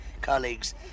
colleagues